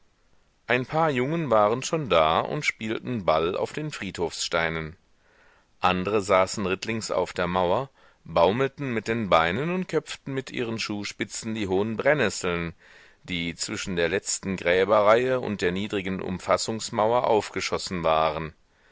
ein paar jungen waren schon da und spielten ball auf den friedhofssteinen andre saßen rittlings auf der mauer baumelten mit den beinen und köpften mit ihren schuhspitzen die hohen brennesseln die zwischen der letzten gräberreihe und der niedrigen umfassungsmauer aufgeschossen waren